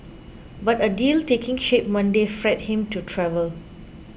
but a deal taking shape Monday freed him to travel